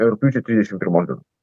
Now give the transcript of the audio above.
rugpjūčio trisdešimt pirmos dienos